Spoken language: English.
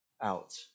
out